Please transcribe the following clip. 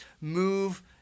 Move